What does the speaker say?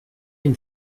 une